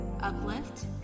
Uplift